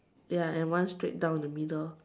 ya and one straight down in the middle